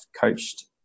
coached